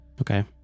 Okay